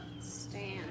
Stand